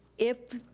if,